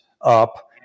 up